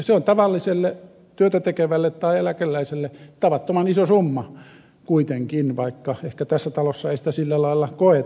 se on tavalliselle työtä tekevälle tai eläkeläiselle tavattoman iso summa kuitenkin vaikka ehkä tässä talossa ei sitä sillä lailla koeta